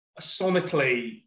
sonically